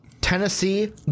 Tennessee